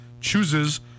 chooses